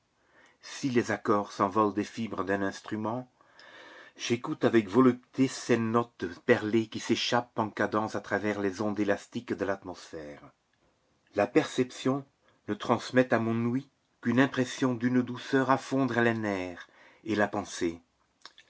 si les accords s'envolent des fibres d'un instrument j'écoute avec volupté ces notes perlées qui s'échappent en cadence à travers les ondes élastiques de l'atmosphère la perception ne transmet à mon ouïe qu'une impression d'une douceur à fondre les nerfs et la pensée